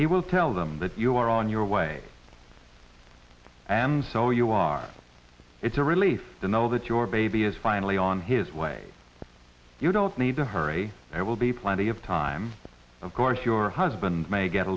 it will tell them that you are on your way and so you are it's a relief to know that your baby is finally on his way you don't need to hurry there will be plenty of time of course your husband may get a